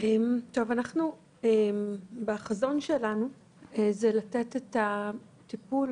אנחנו בחזון שלנו זה לתת את הטיפול